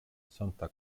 santa